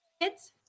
kids